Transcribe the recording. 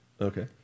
Okay